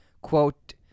quote